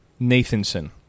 Nathanson